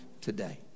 today